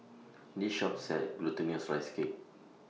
This Shop sells Glutinous Rice Cake